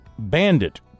Bandit